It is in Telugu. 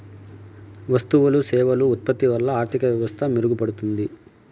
వస్తువులు సేవలు ఉత్పత్తి వల్ల ఆర్థిక వ్యవస్థ మెరుగుపడుతుంది